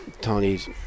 Tony's